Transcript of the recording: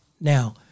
Now